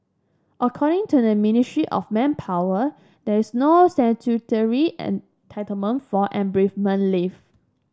according to the Ministry of Manpower there is no statutory entitlement for an bereavement leave